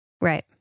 Right